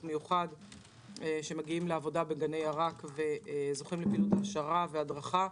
מיוחד שמגיעים לעבודה בגני ירק וזוכים לפעילות הכשרה והדרכה.